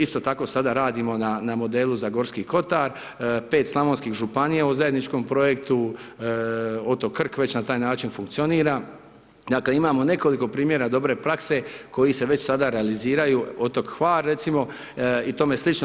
Isto tako, sada radimo na modelu za Gorski kotar, 5 slavonskih županija u zajedničkom projektu, otok Krk već na taj način funkcionira, dakle imamo nekoliko primjera dobre prakse, koji se već sada realiziraju, otok Hvar, recimo i tome slično.